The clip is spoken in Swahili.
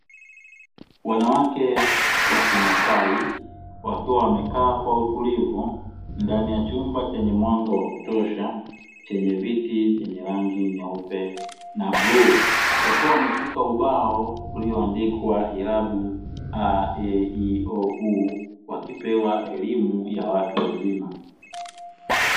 Wanawake wa kimasai, wakiwa wamekaa kwa utulivu ndani ya chumba chenye mwanga wa kutosha, chenye viti vyenye rangi nyeupe na bluu, wakiwa wameshika ubao ulioandikwa irabu (a, e, i, o, u), wakipewa elimu ya watu mzima.